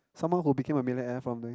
someone who became a millionaire from where